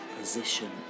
position